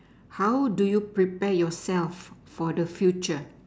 how do you prepare yourself for the future